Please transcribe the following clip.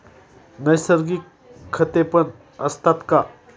नैसर्गिक खतेपण असतात का?